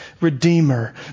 Redeemer